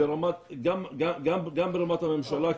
גם ברמת הממשלה,